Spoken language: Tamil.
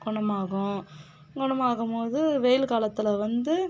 குணமாகும் குணமாகும் போது வெயில் காலத்தில் வந்து